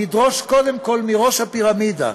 נדרוש קודם כול מראש הפירמידה,